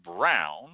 Brown